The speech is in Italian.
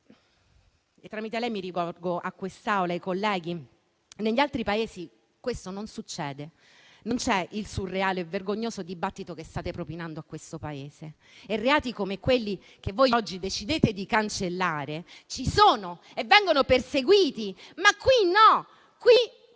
e tramite lei mi rivolgo a quest'Assemblea. Negli altri Paesi questo non succede: non c'è il surreale e vergognoso dibattito che state propinando a questo Paese e reati come quelli che voi oggi decidete di cancellare ci sono e vengono perseguiti. Ma qui no: qui si